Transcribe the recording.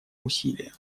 усилия